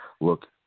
look